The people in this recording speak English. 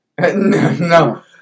no